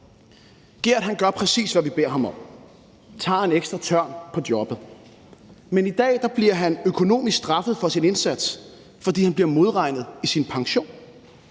Gert gør, præcis hvad vi beder ham om: tager en ekstra tørn på jobbet. Men i dag bliver han økonomisk straffet for sin indsats, fordi han bliver modregnet i sin pension.